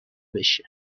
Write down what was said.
بشه